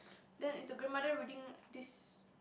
then is the grandmother reading this